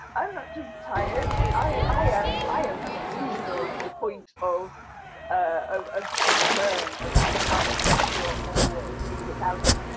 i'm not just tired i am i am delusional to the point of ah of concern about how much better off everyone would be without me.